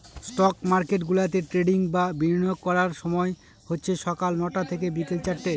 stock market গুলাতে trading বা বিনিয়োগ করার সময় হচ্ছে সকাল নটা থেকে বিকেল চারটে